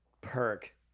perk